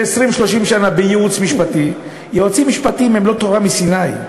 של 30-20 שנה בייעוץ משפטי: יועצים משפטיים הם לא תורה מסיני,